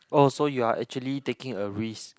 oh so you are actually taking a risk